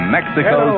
Mexico